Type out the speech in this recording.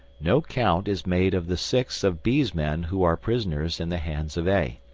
no count is made of the six of b's men who are prisoners in the hands of a.